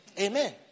Amen